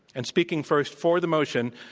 and speaking first, for the motion,